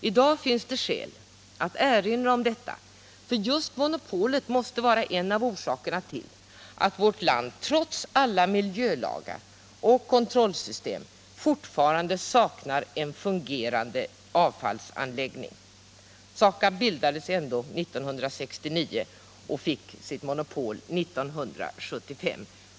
I dag finns det skäl att erinra om detta, eftersom just monopolet måste vara en av orsakerna till att vårt land trots alla miljölagar och kontrollsystem fortfarande saknar en fungerande avloppsanläggning. SAKAB bildades ändå 1969 och fick sitt monopol 1975.